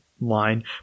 line